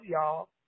Y'all